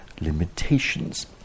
limitations